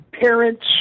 parents